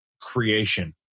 creation